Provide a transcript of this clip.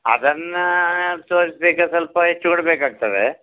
ಅದನ್ನು ತೋರಿಸ್ಬೇಕಾರೆ ಸ್ವಲ್ಪ ಹೆಚ್ಚು ಕೊಡಬೇಕಾಗ್ತದೆ